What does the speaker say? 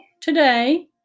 today